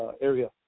area